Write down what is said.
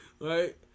Right